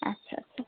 আচ্ছা আচ্ছা